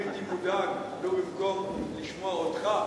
אני הייתי מודאג לו במקום לשמוע אותך,